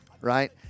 right